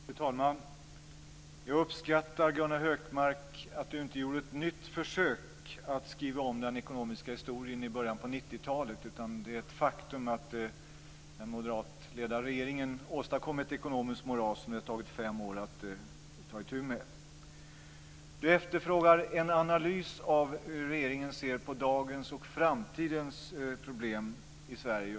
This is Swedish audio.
Fru talman! Jag uppskattar att Gunnar Hökmark inte gjorde ett nytt försök att skriva om den ekonomiska historien i början av 90-talet. Det är ett faktum att den moderatledda regeringen åstadkom ett ekonomiskt moras som det har tagit fem år att ta itu med. Gunnar Hökmark efterfrågar en analys av hur regeringen ser på dagens och framtidens problem i Sverige.